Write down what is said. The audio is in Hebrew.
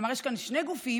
כלומר, יש כאן שני גופים,